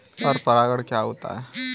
पर परागण क्या होता है?